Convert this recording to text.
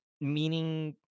meaning